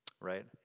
Right